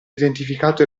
identificato